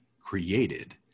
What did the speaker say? created